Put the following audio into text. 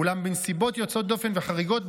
אולם גם בנסיבות יוצאות דופן וחריגות,